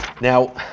Now